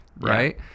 right